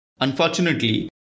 Unfortunately